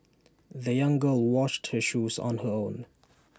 the young girl washed her shoes on her own